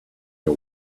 you